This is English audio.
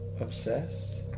Obsessed